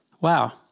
wow